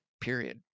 period